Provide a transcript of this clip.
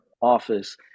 office